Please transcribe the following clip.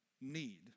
need